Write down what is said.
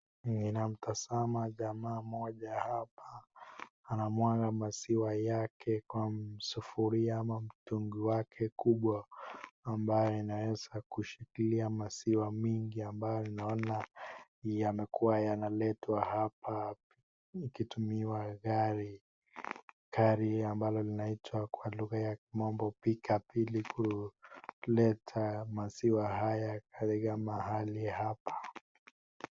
Namtazama jamaa mmoja hapa anamwaga maziwa yake kwa sufuria ama mtungi wake kubwa ambayo inaweza kushikilia maziwa mingi ambayo naona yamekuwa yanaletwa hapa ikitumiwa gari. Gari ambalo linaitwa kwa lugha ya kimombo pickup ili kuleta maziwa haya katika mahali hapa.